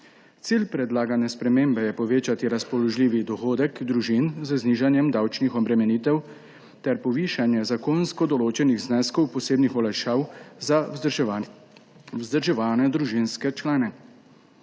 Cilj predlagane spremembe je povečati razpoložljivi dohodek družin z znižanjem davčnih obremenitev ter povišanje zakonsko določenih zneskov posebnih olajšav za vzdrževane družinske člane.